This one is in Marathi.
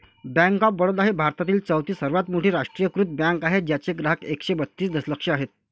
बँक ऑफ बडोदा ही भारतातील चौथी सर्वात मोठी राष्ट्रीयीकृत बँक आहे ज्याचे ग्राहक एकशे बत्तीस दशलक्ष आहेत